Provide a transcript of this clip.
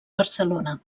barcelona